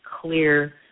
clear